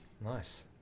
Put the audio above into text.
nice